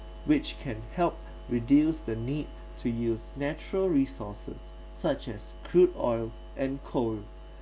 which can help reduce the need to use natural resources such as crude oil and coal